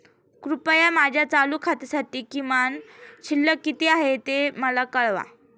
कृपया माझ्या चालू खात्यासाठी किमान शिल्लक किती आहे ते मला कळवा